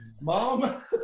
Mom